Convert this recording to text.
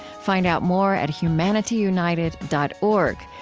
find out more at humanityunited dot org,